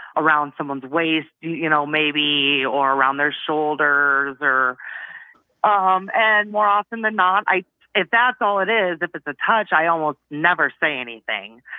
around someone's waist, you know, maybe or around their shoulder, their um and more often than not, i if that's all it is, if it's a touch, i almost never say anything.